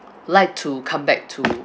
like to come back to